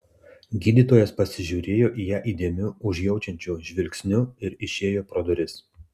gydytojas pasižiūrėjo į ją įdėmiu užjaučiančiu žvilgsniu ir išėjo pro duris